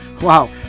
Wow